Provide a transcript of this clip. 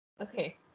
Okay